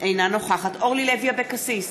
אינה נוכחת אורלי לוי אבקסיס,